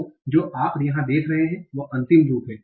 तो जो आप यहां देख रहे हैं वह अंतिम रूप हैं